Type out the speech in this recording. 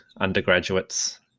undergraduates